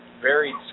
Varied